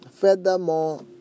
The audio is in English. Furthermore